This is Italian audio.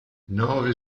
nove